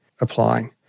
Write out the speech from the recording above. applying